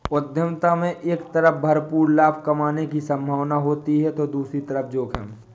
उद्यमिता में एक तरफ भरपूर लाभ कमाने की सम्भावना होती है तो दूसरी तरफ जोखिम